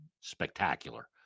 spectacular